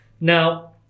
Now